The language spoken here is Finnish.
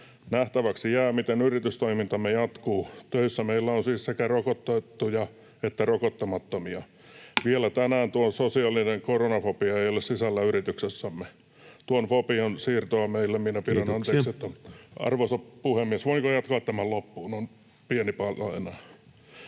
Nähtäväksi jää, miten yritystoimintamme jatkuu. Töissä meillä on siis sekä rokotettuja että rokottamattomia. Vielä tänään tuo sosiaalinen koronafobia ei ole sisällä yrityksessämme. Tuon fobian siirtoa meille minä pidän...” [Puhemies: Kiitoksia!] — Arvoisa puhemies, voinko jatkaa tämän loppuun? On pieni pala enää.